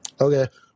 Okay